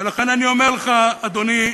לכן, אני אומר לך, אדוני,